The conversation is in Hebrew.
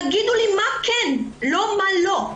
תגידו לי מה כן, לא מה לא.